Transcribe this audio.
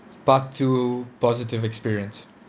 part two positive experience